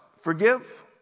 forgive